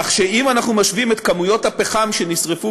כך שאם אנחנו משווים את כמויות הפחם שנשרפו